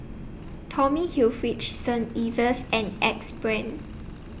Tommy Hilfiger Saint Ives and Axe Brand